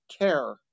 care